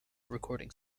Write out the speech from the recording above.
recording